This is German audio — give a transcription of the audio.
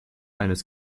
eines